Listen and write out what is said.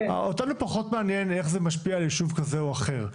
אותנו פחות מעניין איך זה משפיע על יישוב כזה או אחר.